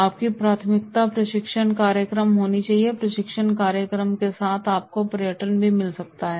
आपकी प्राथमिकता प्रशिक्षण कार्यक्रम होनी चाहिए प्रशिक्षण कार्यक्रम के साथ आपको पर्यटन भी मिल सकता है